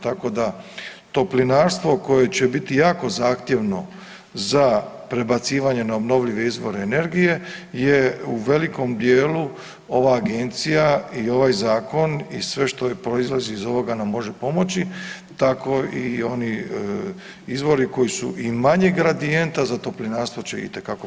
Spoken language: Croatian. Tako da toplinarstvo koje će biti jako zahtjevno za prebacivanje na obnovljive izvore energije je u velikom dijelu ova Agencija i ovaj Zakon i sve što proizlazi iz ovoga nam može pomoći, tako i oni izvori koji su i manje gradijenta za tolinarstvo će itekako biti pogodni.